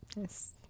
yes